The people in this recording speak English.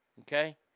Okay